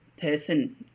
person –